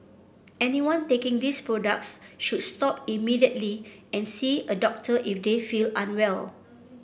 anyone taking these products should stop immediately and see a doctor if they feel unwell